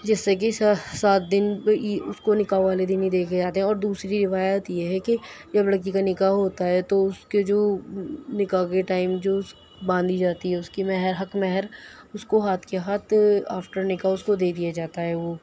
جس سے کہ سا سات دِن اُس کو نکاح والے دِن ہی دیکھے جاتے ہیں اور دوسری روایت یہ ہے کہ جب لڑکی کا نکاح ہوتا ہے تو اُس کے جو نکاح کے ٹائم جو اُس باندھ لی جاتی ہے اُس کی مہر حق مہر اُس کو ہاتھ کے ہاتھ آفٹر نکاح اُس کو دے دیا جاتا ہے وہ